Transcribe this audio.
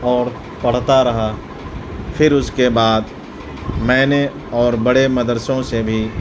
اور پڑھتا رہا پھر اس کے بعد میں نے اور بڑے مدرسوں سے بھی